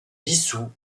dissous